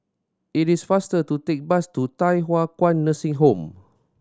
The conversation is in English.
it is faster to take the bus to Thye Hua Kwan Nursing Home